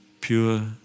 pure